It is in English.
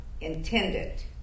intended